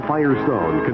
Firestone